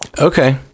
Okay